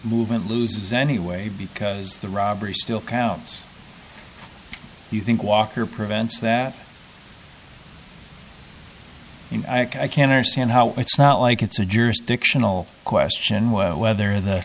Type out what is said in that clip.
movement loses anyway because the robbery still counts you think walker prevents that and i can understand how it's not like it's a jurisdictional question was whether the